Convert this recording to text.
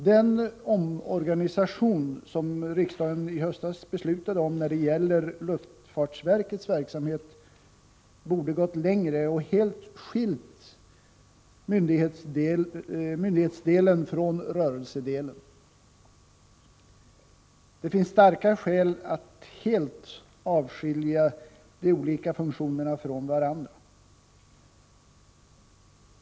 Den omorganisation som riksdagen i höstas beslutade om när det gäller luftfartsverkets verksamhet borde ha gått längre och helt skilt myndighetsdelen från rörelsedelen. Det finns starka skäl att helt avskilja de olika funktionerna från varandra.